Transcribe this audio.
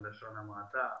בלשון המעטה.